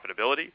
profitability